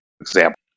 example